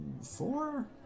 four